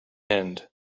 end